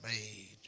made